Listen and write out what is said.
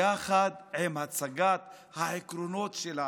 יחד עם הצגת העקרונות שלנו,